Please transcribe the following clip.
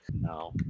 No